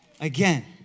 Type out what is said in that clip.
again